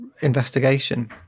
investigation